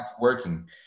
working